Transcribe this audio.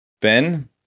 Ben